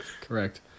Correct